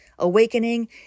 awakening